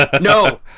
No